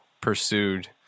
pursued